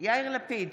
יאיר לפיד,